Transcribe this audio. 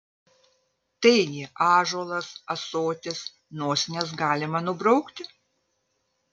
taigi ąžuolas ąsotis nosines galima nubraukti